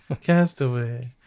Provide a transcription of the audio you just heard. Castaway